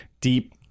deep